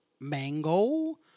mango